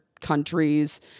countries